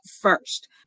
first